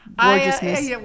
gorgeousness